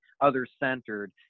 other-centered